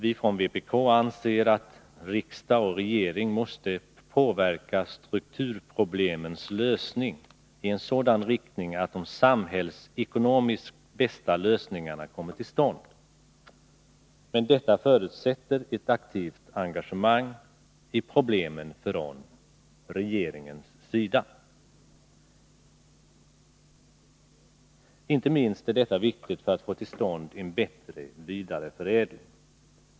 Vi från vpk anser att riksdag och regering bör påverka strukturproblemens lösning i en sådan riktning att de samhällsekonomiskt bästa lösningarna kommer till stånd. Detta förutsätter emellertid ett aktivt engagemang i problemen från regeringens sida. Inte minst är detta viktigt för att få till stånd en bättre vidareförädling.